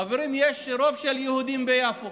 חברים, יש רוב של יהודים ביפו.